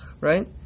right